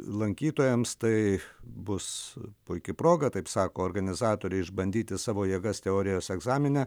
lankytojams tai bus puiki proga taip sako organizatoriai išbandyti savo jėgas teorijos egzamine